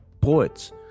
poets